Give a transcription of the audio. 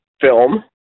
film